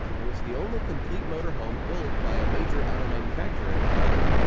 and was the only complete motorhome built by a major auto manufacturer at the time.